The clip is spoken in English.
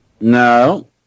No